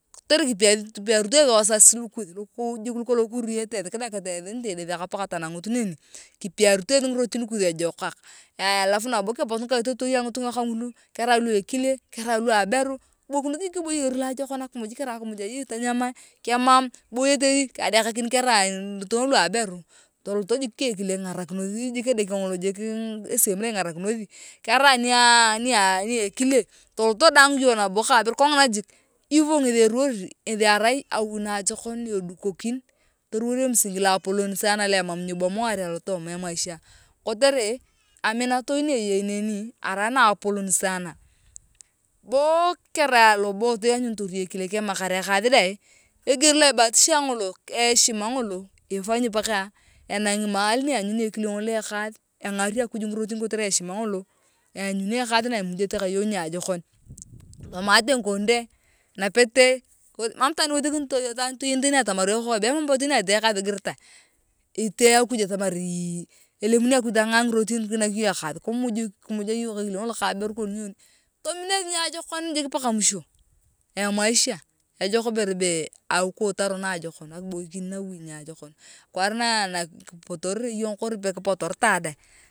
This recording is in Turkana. Kotere kipiarito eeth wazazi lukolong kiurite esi nitidethek paka tanangut nitokona neke kipiarito eesi ijokak alaf nabo kepot ngikatotoi angifunga ka ngulu kerai lu ekile kerai lua aberu kibokiinoth jik eboyor loajokon keyei akimuj kerai akimuj ayei tonyoma kemam kiboyetei jik adekan karai ngitunga lua aberu toloto jik ka ekile kingarakinoth jik edeke ngolo jik vile ningarikinothi kerai nia nia ekile toloto aang iyong nabo ka aberu kongina jik ivo ngethi iruworor ngethi arai awi naajokon ne edukokin toruwor emsingi loapolon tena lo emam nyibomoar alootooma emaisha kotere aminotoi ne eyei neni arai naapolon sana ko kerai loboot ianyuntor iyong ekile kemakar ekath dae teni loibatisha ngolo engari akuj ekaath kotere heshima ngolo eanyuni ekadth ithomate ngikon dee mam itwaan iwethekini toyen teni atamar ekoe be emam bo teni ati ekaath igiritae itee akuj atamar iii itee ilemuni akuj tangaa ngirotin tomino eeth jik niajokom paka mwisho emaisha ejok ibere be akiwutaro naajokom akiboikin nawi niajokon akwaar nakipoterere iyong kori pe kipotoretae dang.